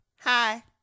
Hi